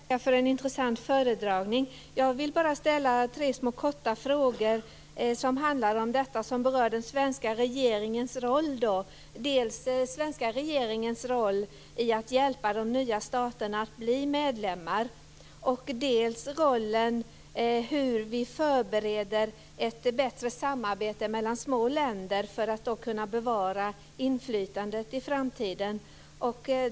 Fru talman! Jag vill tacka för en intressant föredragning. Jag vill bara ställa tre små korta frågor. Den första frågan rör den svenska regeringens roll i att hjälpa de nya staterna att bli medlemmar. Den andra frågan är om hur vi förbereder ett bättre samarbete mellan små länder för att kunna bevara inflytandet i framtiden.